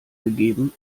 gegeben